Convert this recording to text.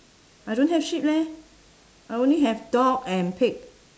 I don't have sheep leh I only have dog and pig